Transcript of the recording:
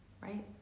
right